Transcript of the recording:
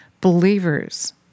believers